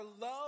love